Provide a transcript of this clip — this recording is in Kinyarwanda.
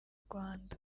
rwanda